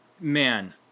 man